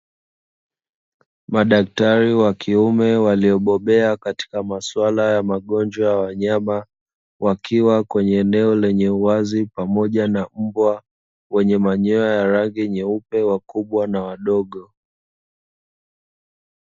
Madaktari wakiume waliyobobea katika maswala ya magonjwa ya wanyama wakiwa kwenye eneo lenye uwazi, pamoja na mbwa wenye manyoya ya rangi nyeupe wakubwa na wadogo.